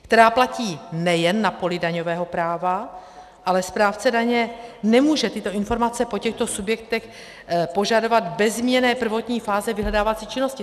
Která platí nejen na poli daňového práva, ale správce daně nemůže tyto informace po těchto subjektech požadovat bez zmíněné prvotní fáze vyhledávací činnosti.